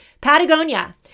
Patagonia